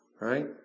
Right